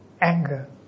anger